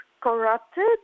corrupted